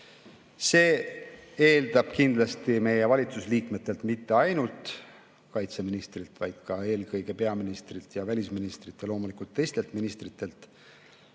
See eeldab kindlasti meie valitsusliikmetelt – mitte ainult kaitseministrilt, vaid ka eelkõige peaministrilt ja välisministrilt, aga loomulikult ka teistelt ministritelt